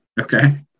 Okay